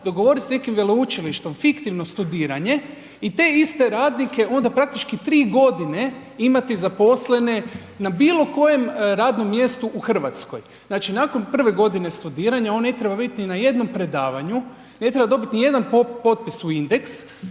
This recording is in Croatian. dogovorit s nekim veleučilištem fiktivno studiranje i te iste radnike onda praktički 3 g. imati zaposlene na bilokojem radnom mjestu u Hrvatskoj? Znači prve godine studiranja, on ne treba bit ni na jednom predavanju, ne treba dobit nijedan potpis u indeks,